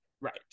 Right